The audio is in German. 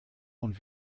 und